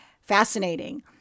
Fascinating